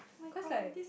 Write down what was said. cause like